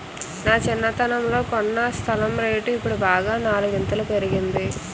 నా చిన్నతనంలో కొన్న స్థలం రేటు ఇప్పుడు బాగా నాలుగింతలు పెరిగింది